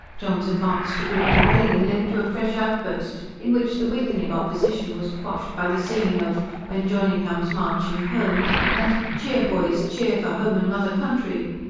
john's advance to grip the railing led to a fresh outburst, in which the weakening opposition was quashed by the singing of when johnny comes marching home! and cheer, boys, cheer, for home and mother country!